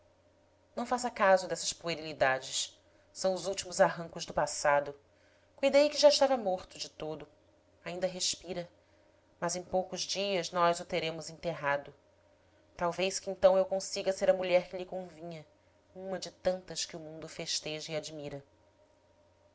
não faça caso destas puerilidades são os últimos arrancos do passado cuidei que já estava morto de todo ainda respira mas em poucos dias nós o teremos enterrado talvez que então eu consiga ser a mulher que lhe convinha uma de tantas que o mundo festeja e admira